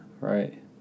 Right